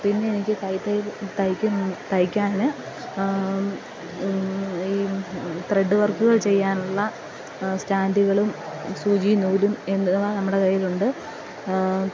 പിന്നെ എനിക്ക് കൈതയ്യൽ തയ്ക്കുന്ന തയ്ക്കാൻ ഈ ത്രെഡ് വർക്കുകൾ ചെയ്യാനുള്ള സ്റ്റാൻ്റ്കളും സൂചിം നൂലും എന്നിവ നമ്മുടെ കയ്യിലുണ്ട്